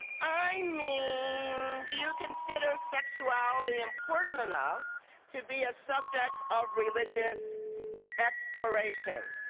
i mean do you consider sexuality important enough to be a subject of religious exploration?